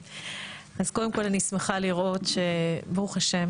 קודם כל אני שמחה לראות שברוך ה',